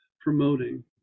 promoting